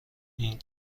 این